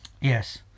yes